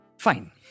Fine